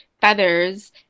feathers